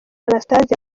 anastase